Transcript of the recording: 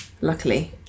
luckily